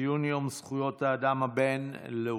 ציון יום זכויות האדם הבין-לאומי.